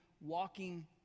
walking